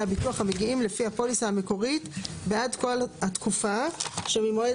הביטוח המגיעים לפי הפוליסה המקורית בעד כל תקופה שממועד